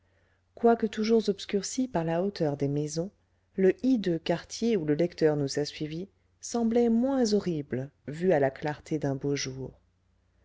quoique toujours obscurci par la hauteur des maisons le hideux quartier où le lecteur nous a suivi semblait moins horrible vu à la clarté d'un beau jour